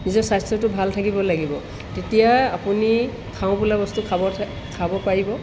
নিজৰ স্বাস্থ্যটো ভাল থাকিব লাগিব তেতিয়া আপুনি খাওঁ বোলা বস্তু খাব খাব পাৰিব